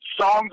songs